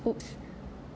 !oops!